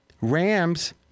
Rams